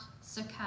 succumb